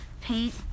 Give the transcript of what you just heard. paint